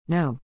No